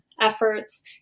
efforts